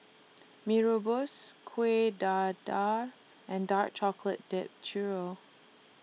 Mee Rebus Kuih Dadar and Dark Chocolate Dipped Churro